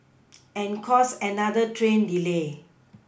and cause another train delay